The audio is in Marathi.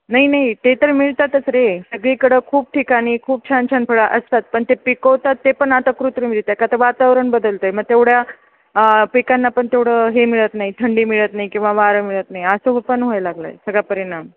नाही नाही ते तर मिळतातच रे सगळीकडं खूप ठिकाणी खूप छान छान फळं असतात पण ते पिकवतात ते पण आता कृत्रिमरित्या का र वातावरण बदलत आहे मग तेवढ्या पिकांना पण तेवढं हे मिळत नाही थंडी मिळत नाही किंवा वारं मिळत नाही असं हो पण व्हायला लागला आहे सगळा परिणाम